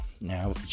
Now